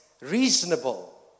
reasonable